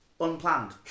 unplanned